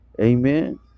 Amen